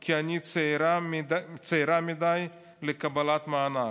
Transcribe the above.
כי אני צעירה מדי לקבלת מענק.